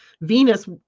Venus